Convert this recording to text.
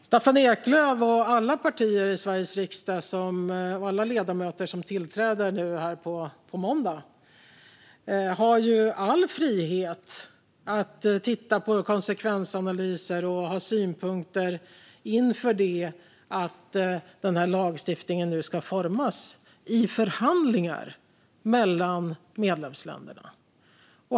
Staffan Eklöf och alla andra ledamöter i Sveriges riksdag som tillträder på måndag har ju all frihet att titta på konsekvensanalyser och ha synpunkter inför att lagstiftningen nu ska formas i förhandlingar mellan medlemsländerna.